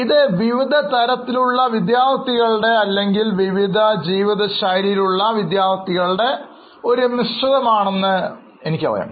ഇത് വിവിധതരം വിദ്യാർഥികളുടെ അല്ലെങ്കിൽ വ്യത്യസ്ത ജീവിത ശൈലിയിലുള്ള വിദ്യാർഥികളുടെ ഒരു മിശ്രിതം ആണെന്ന് എനിക്കറിയാം